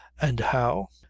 and how.